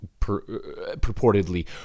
purportedly